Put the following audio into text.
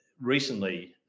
recently